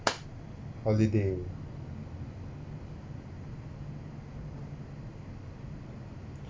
holiday